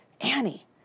Annie